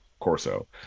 Corso